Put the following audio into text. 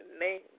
name